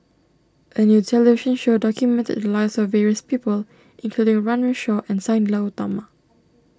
a new television show documented the lives of various people including Runme Shaw and Sang glow Utama